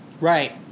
Right